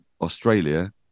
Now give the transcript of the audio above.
Australia